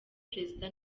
perezida